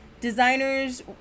Designers